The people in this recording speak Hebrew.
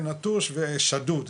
נטוש ושדוד,